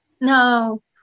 no